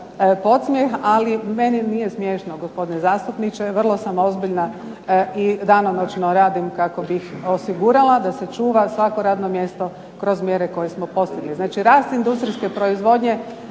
ali meni nije smiješno gospodine zastupniče. Vrlo sam ozbiljna i danonoćno radim kako bih osigurala da se sačuva svako radno mjesto kroz mjere koje smo postigli. Znači, rast industrijske proizvodnje